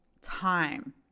time